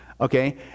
Okay